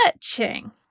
searching